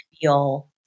feel